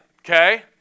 okay